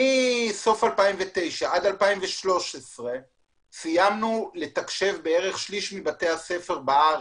מסוף 2009 עד 2013 סיימנו לתקשב שליש מבתי הספר בארץ.